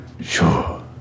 Sure